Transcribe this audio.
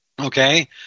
Okay